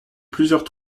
plusieurs